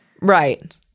Right